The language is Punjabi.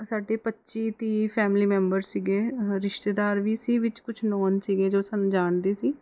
ਸਾਡੇ ਪੱਚੀ ਤੀਹ ਫੈਮਿਲੀ ਮੈਂਬਰ ਸੀਗੇ ਰਿਸ਼ਤੇਦਾਰ ਵੀ ਸੀ ਵਿੱਚ ਕੁਛ ਨੋਨ ਸੀਗੇ ਜੋ ਸਾਨੂੰ ਜਾਣਦੇ ਸੀ